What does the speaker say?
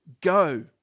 go